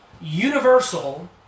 universal